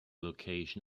location